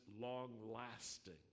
long-lasting